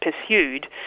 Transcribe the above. pursued